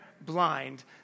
blind